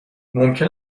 ممکن